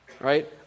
right